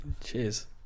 Cheers